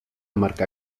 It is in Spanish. marca